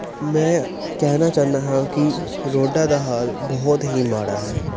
ਮੈਂ ਕਹਿਣਾ ਚਾਹੁੰਦਾ ਹਾਂ ਕਿ ਰੋਡਾਂ ਦਾ ਹਾਲ ਬਹੁਤ ਹੀ ਮਾੜਾ ਹੈ